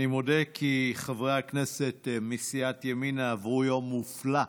אני מודה כי חברי הכנסת מסיעת ימינה עברו יום מופלא.